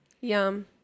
Yum